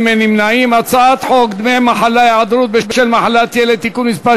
חוק דמי מחלה (היעדרות בשל מחלת ילד) (תיקון מס'